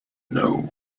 know